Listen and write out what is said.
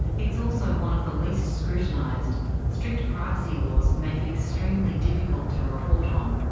it's also one of the least scrutinised strict privacy laws make it extremely difficult to report on.